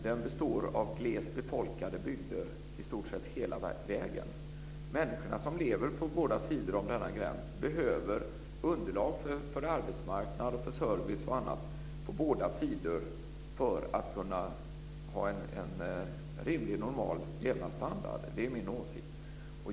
Den består av glest befolkade bygder i stort sett hela vägen. Människorna som lever på båda sidor om denna gräns behöver underlag för arbetsmarknad, service och annat på båda sidor för att kunna ha en rimlig och normal levnadsstandard. Det är min åsikt.